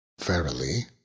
Verily